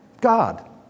God